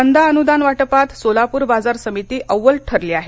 कांदा अनुदान वाटपात सोलापूर बाजार समिती अव्वल ठरली आहे